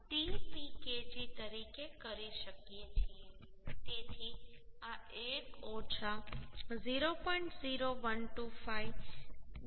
0125 tPkg તરીકે કરી શકીએ છીએ તેથી આ 1 ઓછા 0